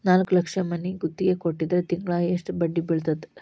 ನಾಲ್ಕ್ ಲಕ್ಷಕ್ ಮನಿ ಗುತ್ತಿಗಿ ಕೊಟ್ಟಿದ್ರ ತಿಂಗ್ಳಾ ಯೆಸ್ಟ್ ಬಡ್ದಿ ಬೇಳ್ತೆತಿ?